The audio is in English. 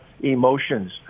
emotions